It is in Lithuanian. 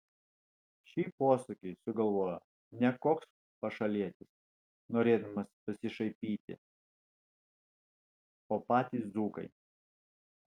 šį posakį sugalvojo ne koks pašalietis norėdamas pasišaipyti o patys dzūkai